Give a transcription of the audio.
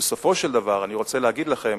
בסופו של דבר אני רוצה להגיד לכם